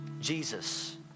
Jesus